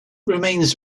remains